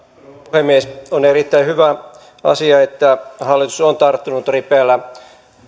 puhemies on erittäin hyvä asia että hallitus on tarttunut ripeällä